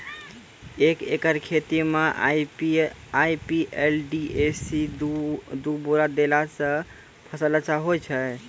एक एकरऽ खेती मे आई.पी.एल डी.ए.पी दु बोरा देला से फ़सल अच्छा होय छै?